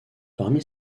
parmi